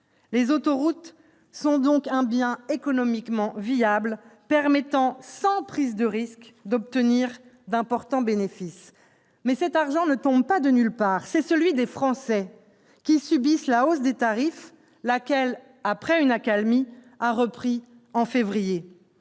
Les autoroutes sont donc un bien économiquement viable permettant, sans prise de risques, d'obtenir d'importants bénéfices. Or cet argent ne tombe pas de nulle part. C'est celui des Français, qui subissent la hausse des tarifs, laquelle, après une accalmie, a repris au mois